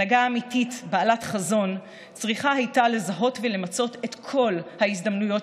הנהגה אמיתית בעלת חזון צריכה הייתה לזהות ולמצות את כל ההזדמנויות